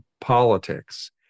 politics